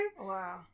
Wow